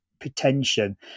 pretension